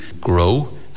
grow